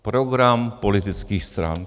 Program politických stran.